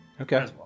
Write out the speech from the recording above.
Okay